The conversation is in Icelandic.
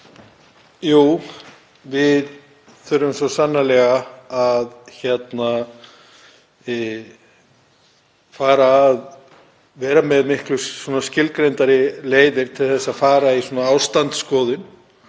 Jú, við þurfum svo sannarlega að vera með miklu skilgreindari leiðir til að fara í svona ástandsskoðun;